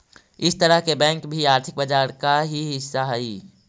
हर तरह के बैंक भी आर्थिक बाजार का ही हिस्सा हइ